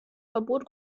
verbot